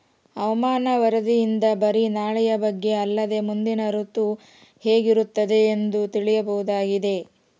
ಹವಾಮಾನ ವರದಿಯಿಂದ ಬರಿ ನಾಳೆಯ ಬಗ್ಗೆ ಅಲ್ಲದೆ ಮುಂದಿನ ಋತು ಹೇಗಿರುತ್ತದೆಯೆಂದು ತಿಳಿಯಬಹುದಾಗಿದೆ